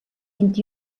vint